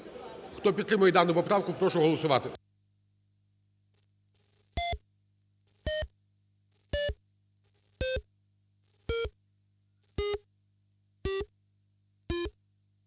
Хто підтримує дану поправку, прошу голосувати.